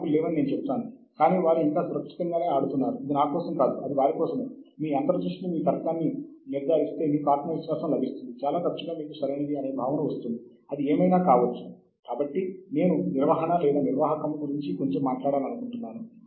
మరియు సైటేషన్ ప్రాథమికంగా ఎన్నిసార్లు ఇతర విజయవంతమైన పత్రికా ప్రచురణలచే సూచించబడుతుంది